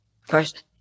First